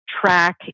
track